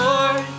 Lord